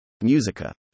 Musica